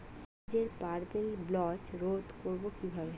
পেঁয়াজের purple blotch রোধ করবো কিভাবে?